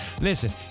listen